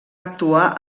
actuar